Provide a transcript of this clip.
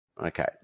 Okay